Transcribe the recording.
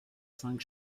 cinq